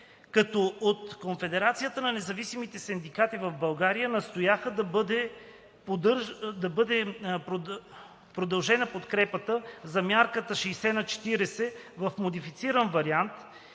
като от Конфедерацията на независимите синдикати в България настояха да бъде продължена подкрепата за мярката 60/40 в модифициран вариант,